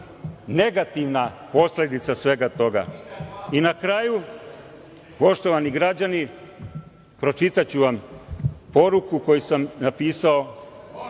negativna posledica svega toga. Na kraju, poštovani građani pročitaću vam poruku koju sam napisao.